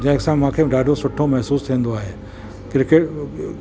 जंहिंसां मूंखे ॾाढो सुठो महिसूसु थींदो आहे क्रिकेट